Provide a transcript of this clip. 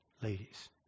ladies